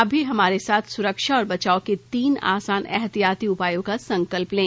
आप भी हमारे साथ सुरक्षा और बचाव के तीन आसान एहतियाती उपायों का संकल्प लें